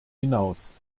hinaus